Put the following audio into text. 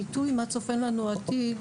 הביטוי של מה צופן לנו העתיד,